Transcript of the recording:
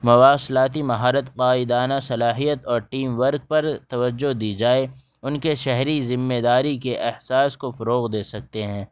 مواصلاتی مہارت قاعدانہ صلاحیت اور ٹیم ورک پر توجہ دی جائے ان کے شہری ذمےداری کے احساس کو فروغ دے سکتے ہیں